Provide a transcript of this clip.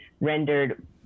rendered